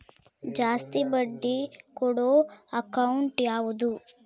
ಜಾಸ್ತಿ ಬಡ್ಡಿ ಕೊಡೋ ಅಕೌಂಟ್ ಯಾವುದು?